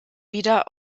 wieder